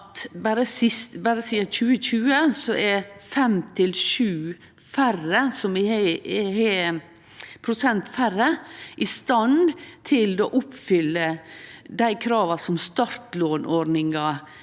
2020 er 5–7 pst. færre i stand til å oppfylle dei krava som startlånordninga